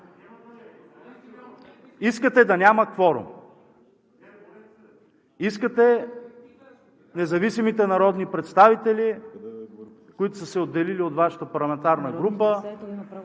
Искате да няма кворум, искате независимите народни представители, които са се отдели от Вашата парламентарна група…